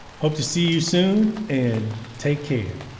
hope to see you soon and take care!